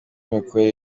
imikorere